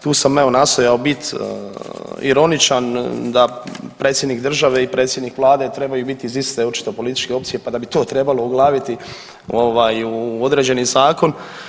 Tu sam evo nastojao bit ironičan da predsjednik države i predsjednik vlade trebaju biti iz iste očito političke opcije, pa da bi to trebalo uglaviti ovaj u određeni zakon.